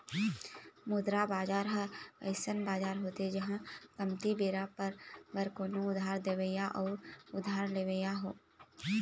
मुद्रा बजार ह अइसन बजार होथे जिहाँ कमती बेरा बर कोनो उधार देवइया हो अउ उधार लेवइया हो